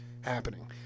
happening